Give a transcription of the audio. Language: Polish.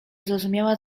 zrozumiała